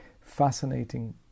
fascinating